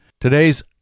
Today's